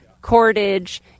cordage